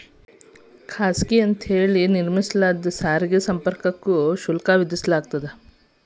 ಖಾಸಗಿಯಾಗಿ ನಿರ್ಮಿಸಲಾದ ಸಾರಿಗೆ ಸಂಪರ್ಕಕ್ಕೂ ಶುಲ್ಕ ವಿಧಿಸಲಾಗ್ತದ